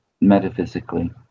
metaphysically